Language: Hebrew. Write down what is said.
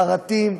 חרטים,